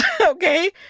Okay